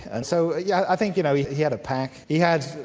and so yeah i think you know he he had a pack, he had,